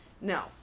No